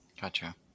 Gotcha